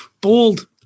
bold